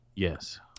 Yes